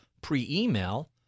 pre-email